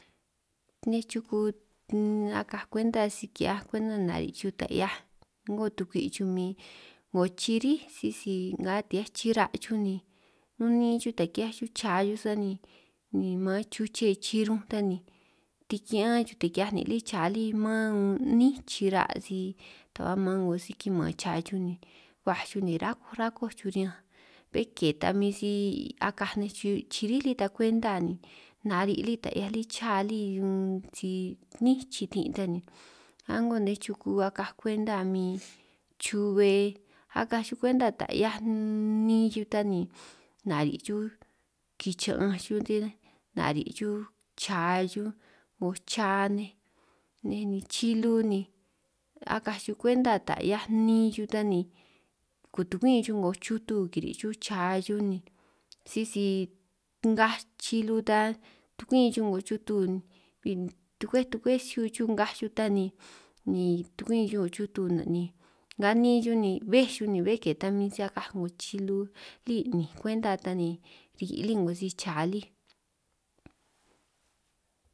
Nej chuku inn akaj kwenta si ki'hiaj kwenta nari' chuj ta 'hiaj a'ngo tukwi' chuj min, 'ngo chirí sisi nga ti hiaj chira' chuj ni nun ni'in chuj taj ki'hiaj chuj cha chuj sani, ni man chuche chirunj ta ni tikiánj chuj taj ki'hiaj nin' lí cha lí man un 'nín chira' si ta ba maan 'ngo si kiman cha chuj ni, baj chuj ni rakoj rakoj chuj riñanj bé ke ta min si akaj nej chu chiríj lí ta kwenta ni nari' lí taj 'hiaj lí cha lí unn si 'nín chitin' tan ni, a'ngo nej chuku akaj kwenta min chubbe akaj chuj kwenta taj 'hiaj nni chuj ta ni, nari' chuj kichi'ñanj chuj nari' chuj cha chuj 'ngo cha nej nej, ni chilu ni akaj chuj kwenta taj 'hiaj nni chuj ta ni kutukumin chuj 'ngo chutu kiri' chuj cha chuj ni, sisi ngaj chilu ta tukwin chuj 'ngo chutu ni tukwej tukwej siu chuj ngaj chuj ta ni, ni tukwin chuj 'ngo chutu ni nga niin chuj ni bbej chuj ni bé ke ta min si akaj 'ngo chilu lí 'ninj kwenta ta ni kiri' lí 'ngo si cha lí.